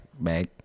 Back